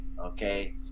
Okay